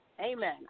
Amen